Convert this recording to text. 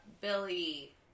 Billy